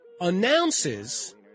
announces